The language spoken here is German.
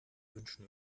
wünschen